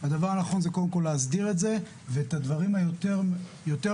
הדבר הנכון זה קודם כל להסדיר את זה ואת הדברים היותר מורכבים,